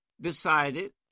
decided